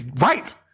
Right